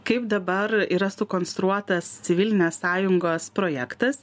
kaip dabar yra sukonstruotas civilinės sąjungos projektas